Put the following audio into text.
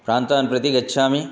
प्रान्तान् प्रति गच्छामि